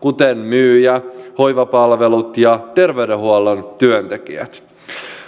kuten myyjän töissä hoivapalveluissa ja terveydenhuollon töissä